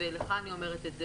ולך רן אני אומרת,